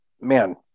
man